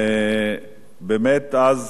אז אמרו: